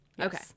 Okay